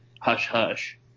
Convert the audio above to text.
hush-hush